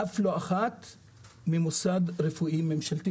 אף לא אחד ממוסד רפואי ממשלתי